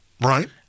Right